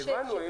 הבנו.